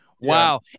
Wow